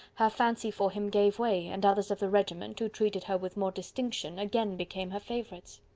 her fancy for him gave way, and others of the regiment, who treated her with more distinction, again became her favourites.